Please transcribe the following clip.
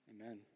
amen